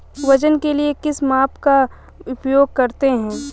वजन के लिए किस माप का उपयोग करते हैं?